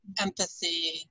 empathy